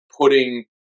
putting